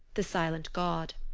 the silent god.